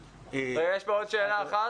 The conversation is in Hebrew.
יש פה עוד שאלה אחת.